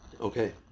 Okay